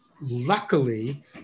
luckily